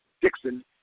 Dixon